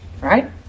Right